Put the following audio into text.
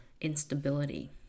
instability